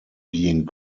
being